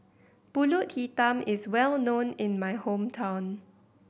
Pulut Hitam is well known in my hometown